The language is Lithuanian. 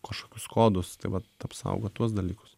kažkokius kodus tai vat apsaugot tuos dalykus